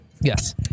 yes